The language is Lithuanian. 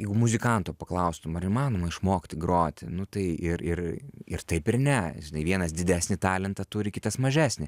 jeigu muzikanto paklaustum ar įmanoma išmokti groti nu tai ir ir ir taip ir ne žinai vienas didesnį talentą turi kitas mažesnį